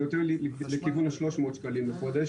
זה יותר לכיוון ה-300 שקלים בחודש,